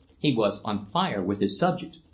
he was on fire with his subject.